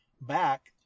back